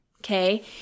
okay